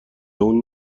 اون